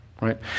right